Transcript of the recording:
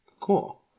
cool